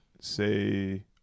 say